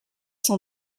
cent